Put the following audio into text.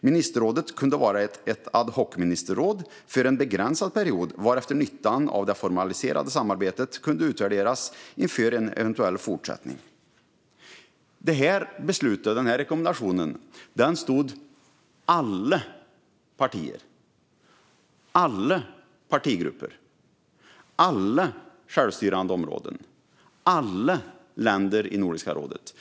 Ministerrådet kunde vara ett ad-hoc-ministerråd för en begränsad period, varefter nyttan av det formaliserade samarbetat kunde utvärderas inför en eventuell fortsättning". Den rekommendationen stod alla partier, alla partigrupper, alla självstyrande områden och alla länder i Nordiska rådet bakom.